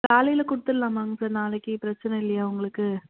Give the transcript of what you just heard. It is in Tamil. காலையில் கொடுத்தடலாமாங்க சார் நாளைக்கு பிரச்சின இல்லையா உங்களுக்கு